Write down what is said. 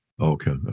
Okay